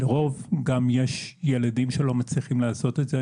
לרוב יש גם ילדים שלא מצליחים לעשות את זה.